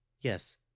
Yes